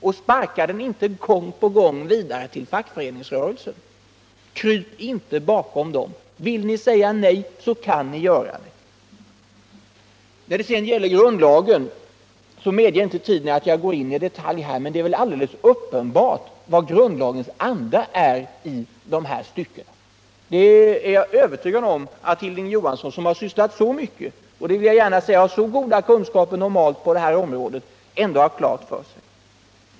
Men sparka den inte gång på gång vidare till fackföreningsrörelsen! Kryp inte bakom denna. Om ni vill säga nej kan ni också göra det. När det sedan gäller grundlagen medger tiden inte att jag här går in i detalj, men grundlagens anda är väl ändå alldeles uppenbar i dessa stycken. Jag är övertygad om att Hilding Johansson, som sysslat så mycket med denna och har så goda kunskaper på området, ändå har detta helt klart för sig.